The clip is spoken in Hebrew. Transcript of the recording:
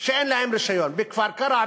שאין להן רישיון: בכפר-קרע,